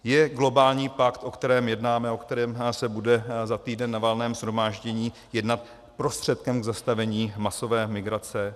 Je globální pakt, o kterém jednáme, o kterém se bude za týden na Valném shromáždění jednat, prostředkem k zastavení masové migrace?